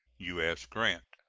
u s. grant.